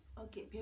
Okay